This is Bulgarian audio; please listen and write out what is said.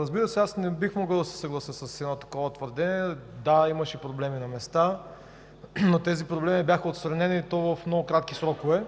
Разбира се, аз не бих могъл да се съглася с едно такова твърдение. Да, имаше проблеми на места, но тези проблеми бяха отстранени, и то в много кратки срокове.